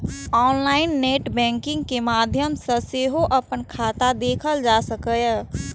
online net banking के माध्यम सं सेहो अपन खाता देखल जा सकैए